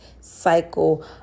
cycle